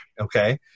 okay